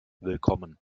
willkommen